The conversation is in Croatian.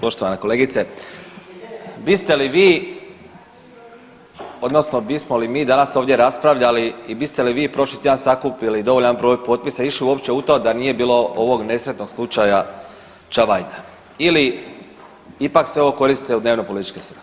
Poštovana kolegice, biste li vi odnosno bismo li mi danas ovdje raspravljali i biste li vi prošli tjedan sakupili dovoljan broj potpisa i išli uopće u to da nije bilo ovog nesretnog slučaja Čavajda ili ipak sve ovo koristite u dnevnopolitičke svrhe?